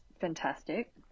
fantastic